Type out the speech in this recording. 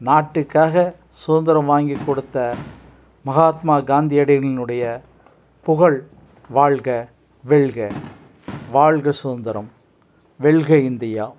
நாட்டுக்காக சுகந்திரம் வாங்கிக்கொடுத்த மஹாத்மா காந்தியடிகளினுடைய புகழ் வாழ்க வெல்க வாழ்க சுகந்திரம் வெல்க இந்தியா